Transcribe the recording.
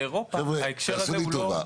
חבר'ה, תעשו לי טובה.